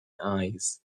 eyes